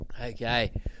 Okay